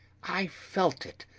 i felt it!